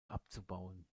abzubauen